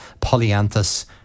polyanthus